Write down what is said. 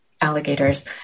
alligators